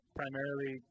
primarily